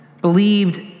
believed